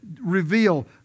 reveal